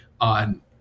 on